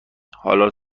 حالا